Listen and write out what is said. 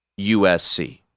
USC